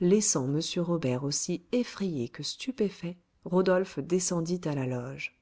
laissant m robert aussi effrayé que stupéfait rodolphe descendit à la loge